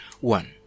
One